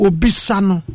Obisano